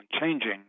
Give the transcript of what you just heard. changing